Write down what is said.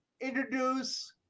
introduce